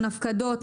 הפקדות,